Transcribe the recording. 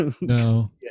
No